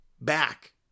back